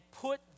put